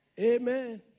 Amen